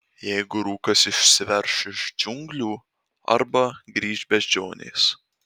jeigu rūkas išsiverš iš džiunglių arba grįš beždžionės